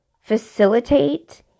facilitate